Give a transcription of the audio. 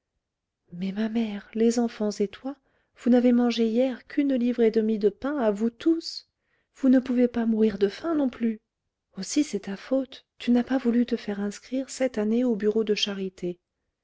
mais ma mère les enfants et toi vous n'avez mangé hier qu'une livre et demie de pain à vous tous vous ne pouvez pas mourir de faim non plus aussi c'est ta faute tu n'a pas voulu te faire inscrire cette année au bureau de charité